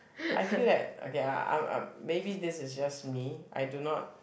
I feel that okay I~ I'm I~ maybe this is just me I do not